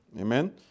Amen